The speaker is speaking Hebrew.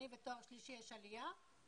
בתואר שני ותואר שלישי יש עלייה?